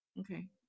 Okay